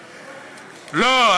לא,